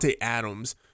Adams